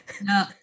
no